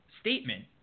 statement